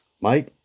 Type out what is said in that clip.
Mike